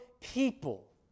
people